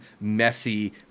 messy